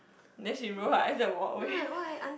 then she roll her eyes and walk away